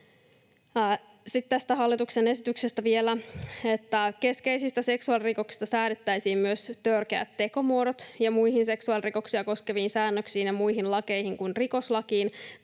Sitten tästä hallituksen esityksestä vielä. Keskeisistä seksuaalirikoksista säädettäisiin myös törkeät tekomuodot, ja muihin seksuaalirikoksia koskeviin säännöksiin ja muihin lakeihin kuin rikoslakiin